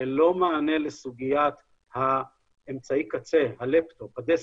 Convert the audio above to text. ללא מענה לסוגיית האמצעי קצה, הלפטופ, הדסקטופ,